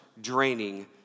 draining